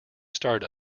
start